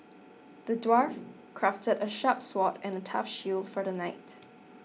the dwarf crafted a sharp sword and a tough shield for the knight